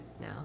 now